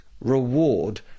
reward